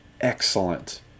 excellent